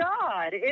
God